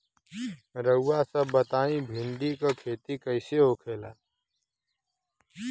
रउआ सभ बताई भिंडी क खेती कईसे होखेला?